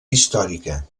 històrica